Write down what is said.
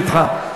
זה נדחה.